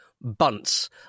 bunts